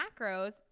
macros